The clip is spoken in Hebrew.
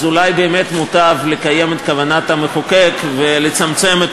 אז אולי באמת מוטב לקיים את כוונת המחוקק ולצמצם את